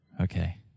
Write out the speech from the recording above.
Okay